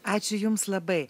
ačiū jums labai